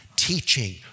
Teaching